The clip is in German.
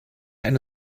eine